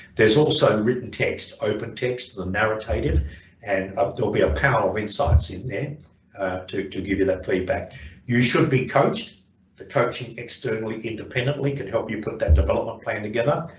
there's also written text open text the narrative and um there'll be a power of insights in there to to give you that feedback you should be coached the coaching externally independently could help you put that development plan together.